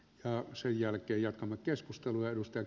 ja sen jälkeen jatkamme keskustelua kiitos